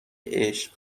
عشق